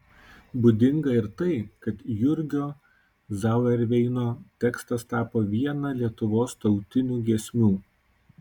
būdinga ir tai kad jurgio zauerveino tekstas tapo viena lietuvos tautinių giesmių